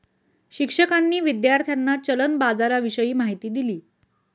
शिक्षकांनी विद्यार्थ्यांना चलन बाजाराविषयी माहिती दिली